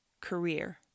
career